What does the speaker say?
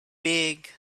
big